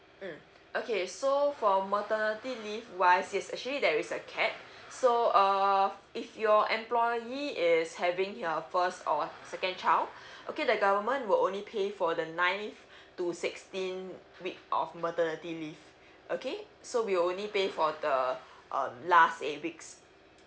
mm okay so for maternity leave wise yes actually there is a cap so uh if your employee is having their first or second child okay the government will only pay for the nine to sixteen week of maternity leave okay so we only pay for the uh last eight weeks